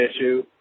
issue